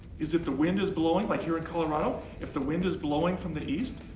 is if the wind is blowing, like you're in colorado. if the wind is blowing from the east,